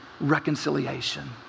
reconciliation